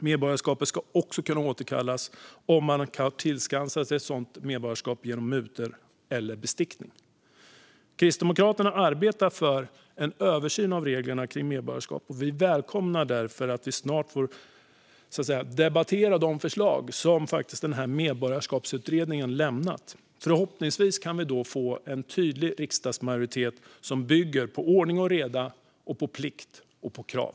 Medborgarskapet ska också kunna återkallas om man har tillskansat sig det genom mutor eller bestickning. Kristdemokraterna arbetar för en översyn av reglerna för medborgarskap. Vi välkomnar därför att vi snart ska få debattera de förslag som Medborgarskapsutredningen har lämnat. Förhoppningsvis kan vi då få en tydlig riksdagsmajoritet som bygger på ordning och reda, plikt och krav.